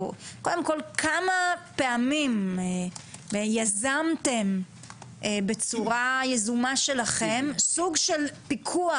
או קודם כל כמה פעמים יזמתם בצורה יזומה שלכם סוג של פיקוח